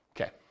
okay